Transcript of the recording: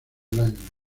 lionel